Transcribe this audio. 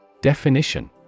Definition